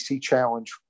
challenge